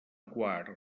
quar